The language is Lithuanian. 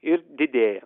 ir didėja